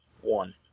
One